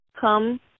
come